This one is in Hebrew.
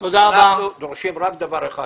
אנחנו דורשים רק דבר אחד,